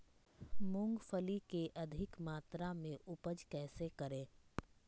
मूंगफली के अधिक मात्रा मे उपज कैसे करें?